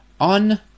on